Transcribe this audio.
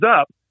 up